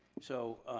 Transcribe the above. so,